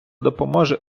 допоможе